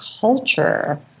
culture